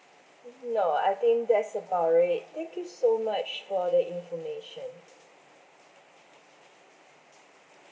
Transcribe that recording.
no I think that's about it thank you so much for the information